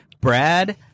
Brad